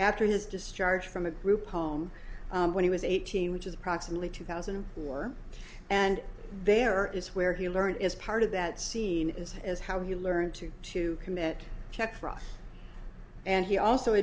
after his discharge from a group home when he was eighteen which is approximately two thousand and four and there is where he learned is part of that scene is is how he learned to to commit check fraud and he also